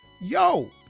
Yo